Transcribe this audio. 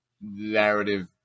narrative